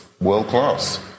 world-class